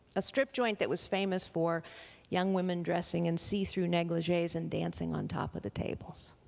a strip joint that was famous for young women dressing in see-through negligees and dancing on top of the tables.